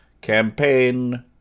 campaign